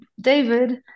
David